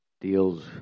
deals